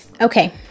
Okay